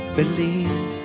believe